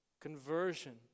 conversion